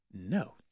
No